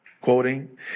Quoting